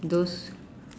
those